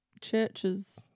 churches